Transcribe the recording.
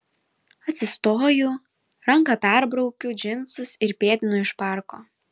atsistoju ranka perbraukiu džinsus ir pėdinu iš parko